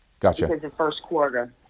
Gotcha